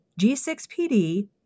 G6PD